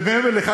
ומעבר לכך,